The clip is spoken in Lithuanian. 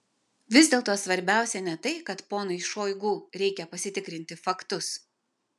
vis dėlto svarbiausia ne tai kad ponui šoigu reikia pasitikrinti faktus